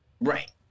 Right